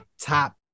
top